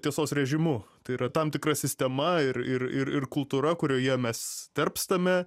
tiesos režimu tai yra tam tikra sistema ir ir ir ir kultūra kurioje mes tarpstame